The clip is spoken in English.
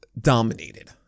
dominated